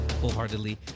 wholeheartedly